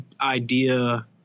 idea